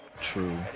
True